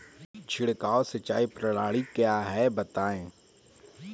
छिड़काव सिंचाई प्रणाली क्या है बताएँ?